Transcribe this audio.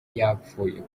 yapfuye